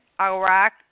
Iraq